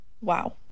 Wow